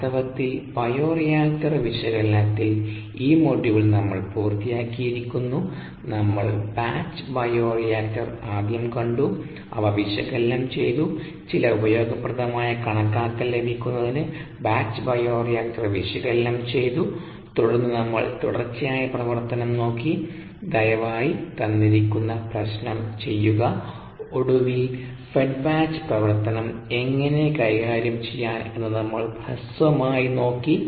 വാസ്തവത്തിൽ ബയോറിയാക്ടർ വിശകലനത്തിൽ ഈ മോഡ്യൂൾ നമ്മൾ പൂർത്തിയാക്കിയിരിക്കുന്നു നമ്മൾ ബാച്ച് ബയോറിയാക്ടർ ആദ്യം കണ്ടു അവ വിശകലനം ചെയ്തു ചില ഉപയോഗപ്രദമായ കണക്കാകൽ ലഭിക്കുന്നതിന് ബാച്ച് ബയോറിയാക്ടർ വിശകലനം ചെയ്തു തുടർന്ന് നമ്മൾ തുടർച്ചയായ പ്രവർത്തനം നോക്കി ദയവായി തന്നിരിക്കുന്ന പ്രശ്നം ചെയ്യുക ഒടുവിൽ ഫെഡ് ബാച്ച് പ്രവർത്തനം എങ്ങനെ കൈകാര്യം ചെയ്യാം എന്ന് നമ്മൾ ഹ്രസ്വമായി നോക്കി